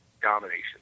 domination